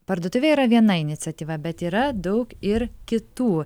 parduotuvė yra viena iniciatyva bet yra daug ir kitų